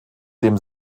dem